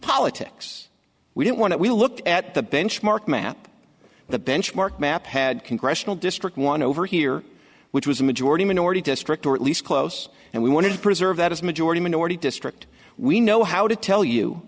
politics we don't want it we looked at the benchmark map the benchmark map had congressional district one over here which was a majority minority district or at least close and we wanted to preserve that as majority minority district we know how to tell you